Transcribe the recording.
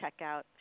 checkout